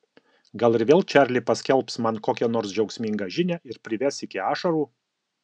gal ir vėl čarli paskelbs man kokią nors džiaugsmingą žinią ir prives iki ašarų